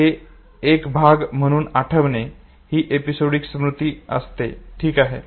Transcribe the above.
हे एक भाग म्हणून आठवणे ही एपिसोडिक स्मृती असते ठीक आहे